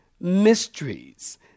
mysteries